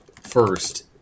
first